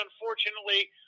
unfortunately